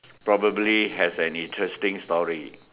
probably has a interesting story